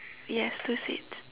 yes that's it